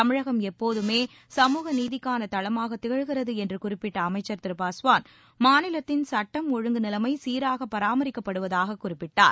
தமிழகம் எப்போதுமே சமூக நீதிக்கான தளமாக திகழ்கிறது என்று குறிப்பிட்ட அமைச்சர் திரு பாஸ்வான் மாநிலத்தின் சட்டம் ஒழுங்கு நிலைமை சீராக பராமரிக்கப்படுவதாக குறிப்பிட்டார்